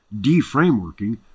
de-frameworking